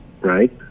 right